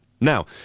Now